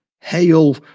Hail